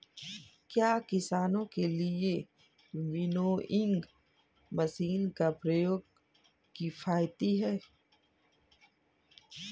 क्या किसानों के लिए विनोइंग मशीन का प्रयोग किफायती है?